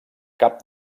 cap